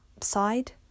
side